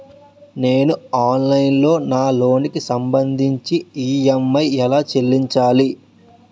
నేను ఆన్లైన్ లో నా లోన్ కి సంభందించి ఈ.ఎం.ఐ ఎలా చెల్లించాలి?